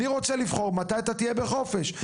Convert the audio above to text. אני רוצה לבחור מתי אתה תהיה בחופש,